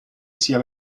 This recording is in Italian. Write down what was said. sia